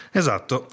esatto